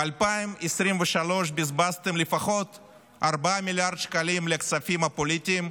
ב-2023 בזבזתם לפחות 4 מיליארד שקלים על הכספים הפוליטיים.